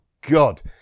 God